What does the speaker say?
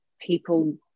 people